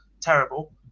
terrible